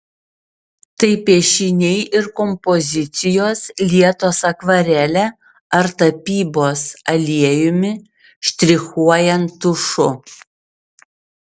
tai piešiniai ir kompozicijos lietos akvarele ar tapybos aliejumi štrichuojant tušu